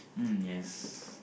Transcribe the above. mm yes